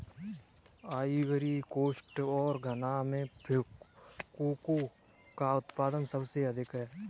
Ivory coast और घना में कोको का उत्पादन सबसे अधिक है